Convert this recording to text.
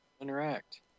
interact